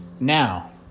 Now